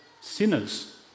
sinners